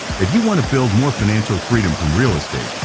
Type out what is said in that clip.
if you wanna build more financial freedom from real estate,